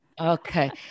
Okay